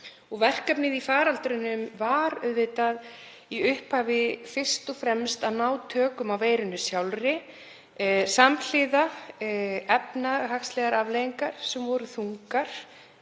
Verkefnið í faraldrinum var auðvitað í upphafi fyrst og fremst að ná tökum á veirunni sjálfri samhliða efnahagslegum afleiðingum sem voru þungar